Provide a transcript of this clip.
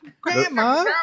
Grandma